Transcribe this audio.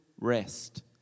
rest